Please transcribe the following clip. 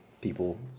people